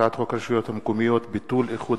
הצעת חוק הרשויות המקומיות (ביטול איחוד